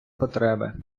потреби